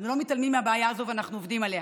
אנחנו לא מתעלמים מהבעיה הזו ואנחנו עובדים עליה.